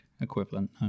equivalent